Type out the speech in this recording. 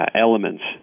elements